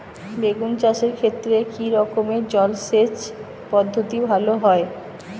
বেগুন চাষের ক্ষেত্রে কি রকমের জলসেচ পদ্ধতি ভালো হয়?